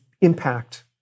impact